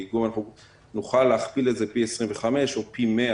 באיגום אנחנו נוכל להכפיל את זה פי 25 או פי 100,